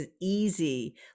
easy